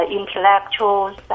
intellectuals